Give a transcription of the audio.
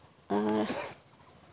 ᱟᱨ